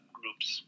groups